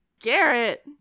Garrett